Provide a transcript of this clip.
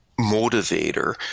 motivator